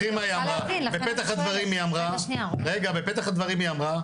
בפתח הדברים היא אמרה,